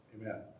Amen